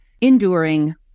enduring